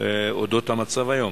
אודות המצב היום.